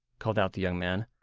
called out the young man.